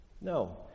No